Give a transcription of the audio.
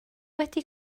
wedi